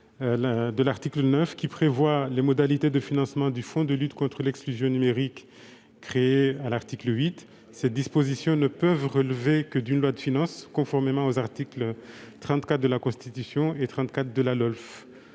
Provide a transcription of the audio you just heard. l'article 9, qui prévoit les modalités de financement du fonds de lutte contre l'exclusion numérique créé à l'article 8. Ces dispositions ne peuvent relever que d'une loi de finances, conformément aux articles 34 de la Constitution et 34 de la loi